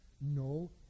No